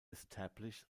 establish